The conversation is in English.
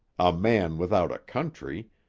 a man without a country,